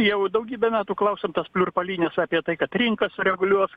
jau daugybę metų klausom tas pliurpalynes apie tai kad rinka sureguliuos